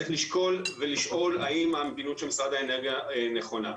צריך לשקול ולשאול האם האמינות של משרד האנרגיה נכונה.